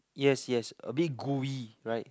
yes yes a bit gooey right